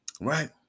right